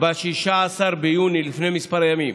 ב-16 ביוני, לפני כמה ימים.